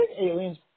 aliens